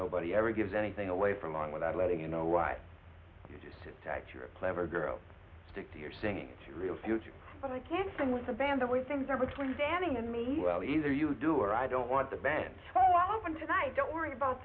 nobody ever gives anything away for long without letting you know why you just sit tight you're a clever girl stick to your singing to real future but i can't sing with the band the way things are between standing and me well either you do or i don't want the band i wanted i don't worry about